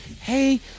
hey